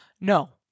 No